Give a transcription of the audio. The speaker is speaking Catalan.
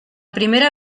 primera